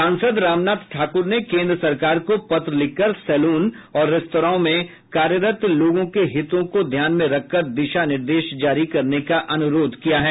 सांसद रामनाथ ठाकुर ने केन्द्र सरकार को पत्र लिखकर सैलून और रेस्तराओं में कार्यरत लोगों के हितों को ध्यान में रखकर दिशा निर्देश जारी करने का अुनरोध किया है